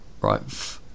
right